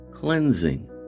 Cleansing